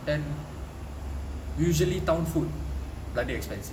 then usually town food bloody expensive